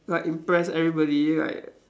like impress everybody like